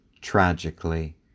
Tragically